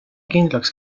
kindlaks